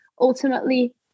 ultimately